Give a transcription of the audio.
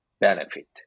benefit